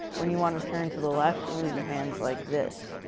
when you wanna turn to the left, you move your hands like this.